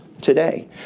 today